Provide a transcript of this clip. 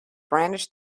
brandished